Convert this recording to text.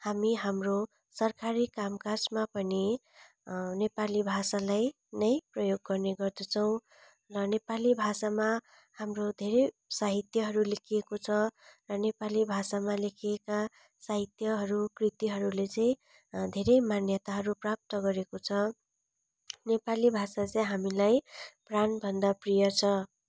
हामी हाम्रो सरकारी कामकाजमा पनि नेपाली भाषालाई नै प्रयोग गर्ने गर्दछौँ र नेपाली भाषामा हाम्रो धेरै साहित्यहरू लेखिएको छ र नेपाली भाषामा लेखिएका साहित्यहरू कृतिहरूले चाहिँ धेरै मान्यताहरू प्राप्त गरेको छ नेपाली भाषा चाहिँ हामीलाई प्राण भन्दा प्रिय छ